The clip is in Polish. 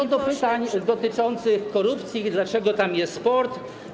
Co do pytań dotyczących korupcji i o to, dlaczego tam jest sport.